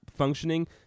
Functioning